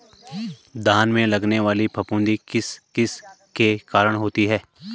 धान में लगने वाली फफूंदी किस किस के कारण होती है?